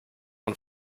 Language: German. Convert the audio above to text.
und